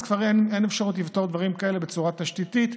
אז אין אפשרות לפתור דברים כאלה בצורת תשתיתית,